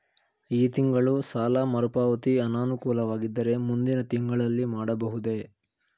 ಈ ತಿಂಗಳು ಸಾಲ ಮರುಪಾವತಿ ಅನಾನುಕೂಲವಾಗಿದ್ದರೆ ಮುಂದಿನ ತಿಂಗಳಲ್ಲಿ ಮಾಡಬಹುದೇ?